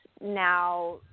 now